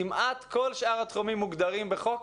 כמעט כל שאר התחומים מוגדרים בחוק.